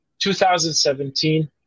2017